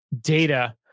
data